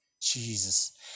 Jesus